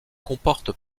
comporte